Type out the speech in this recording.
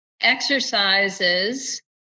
exercises